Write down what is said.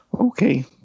okay